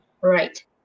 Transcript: Right